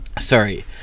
Sorry